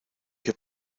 que